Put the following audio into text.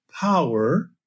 power